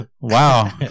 Wow